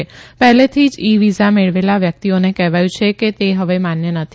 ઃ હેલેથીજ e visa મેળવેલા વ્યકિતઓને કહેવાયું છે કે તે હવે માન્ય નથી